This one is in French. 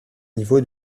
niveau